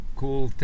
cool